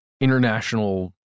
international